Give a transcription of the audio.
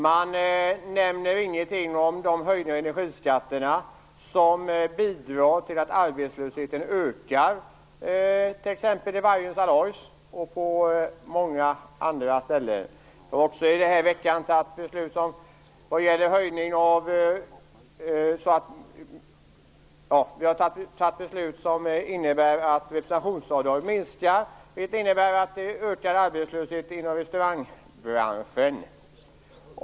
Han nämner ingenting om de höjningar av energiskatterna som bidrar till att arbetslösheten ökar vid t.ex. Vargön Alloys och på många andra ställen. I den här veckan har vi också fattat beslut som innebär att representationsavdraget minskar. Det innebär en ökad arbetslöshet inom restaurangbranschen.